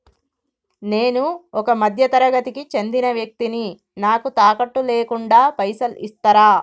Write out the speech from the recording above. నేను ఒక మధ్య తరగతి కి చెందిన వ్యక్తిని నాకు తాకట్టు లేకుండా పైసలు ఇస్తరా?